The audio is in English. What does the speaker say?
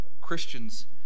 Christians